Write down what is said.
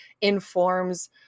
informs